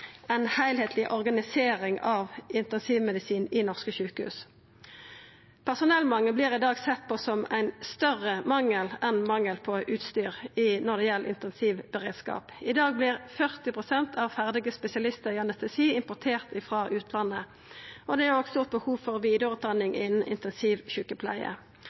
organisering av intensivmedisin i norske sjukehus. Personellmangel vert i dag sett på som ein større mangel enn mangel på utstyr når det gjeld intensivberedskap. I dag vert 40 pst. av ferdige spesialistar i anestesi importert frå utlandet, og det er òg stort behov for